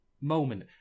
moment